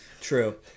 true